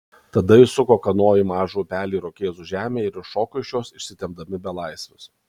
tada įsuko kanoją į mažą upelį irokėzų žemėje ir iššoko iš jos išsitempdami belaisvius